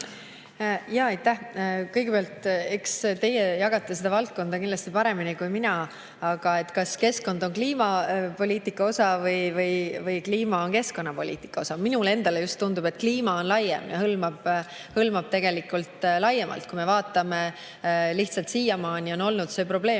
Aitäh! Kõigepealt, eks teie jagate seda valdkonda kindlasti paremini kui mina. Aga kas keskkond on kliimapoliitika osa või kliima keskkonnapoliitika osa? Minule just tundub, et kliima on laiem ja hõlmab tegelikult seda kõike laiemalt. Siiamaani on lihtsalt olnud see probleem,